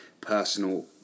personal